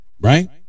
right